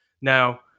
Now